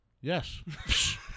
Yes